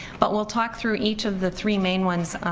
but we'll talk through each of the three main ones,